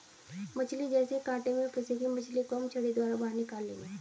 मछली जैसे ही कांटे में फंसेगी मछली को हम छड़ी द्वारा बाहर निकाल लेंगे